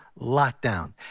lockdown